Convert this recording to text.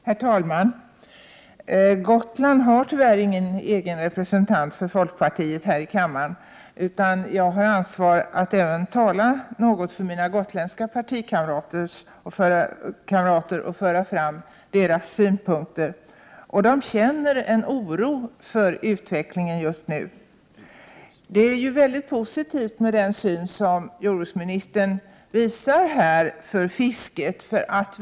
Herr talman! Gotland har tyvärr ingen egen representant för folkpartiet här i kammaren, så jag har ansvar att tala även för mina gotländska partikamrater och föra fram deras synpunkter. De känner en oro för utvecklingen just nu. Den syn på fisket som jordbruksministern här visar är ju mycket positiv.